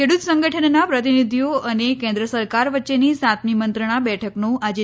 ખેડૂત સંગઠનના પ્રતિનિધિઓ અને કેન્દ્ર સરકાર વચ્ચેની સાતમી મંત્રણા બેઠકનો આજે